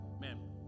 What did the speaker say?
man